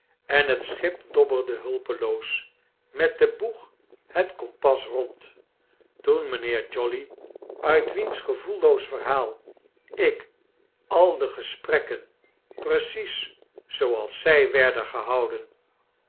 en het schip dobberdehulpeloosmet den boeg het kompas rond toen mijnheer jolly uit wiens gevoelloos verhaal ik al de gesprekken precies zooals zij werden gehouden